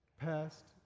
past